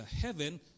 heaven